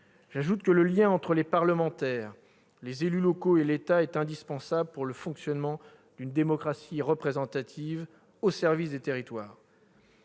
J'ajoute que le lien entre parlementaires, élus locaux et État est indispensable pour le fonctionnement d'une démocratie représentative au service des territoires.